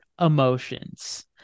emotions